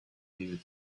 needed